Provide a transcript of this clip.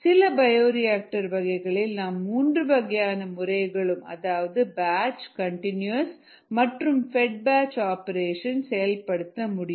சில பயோரியாக்டர் வகைகளில் நாம் மூன்று வகையான முறைகளையும் பேட்ச் கன்டினியூவஸ் மற்றும் fed batch operation Batch continuous fed batch operations செயல்படுத்த முடியும்